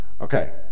Okay